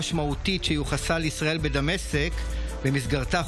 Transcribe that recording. התשפ"ד 2024, לוועדת החוקה, חוק ומשפט נתקבלה.